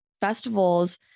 festivals